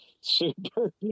super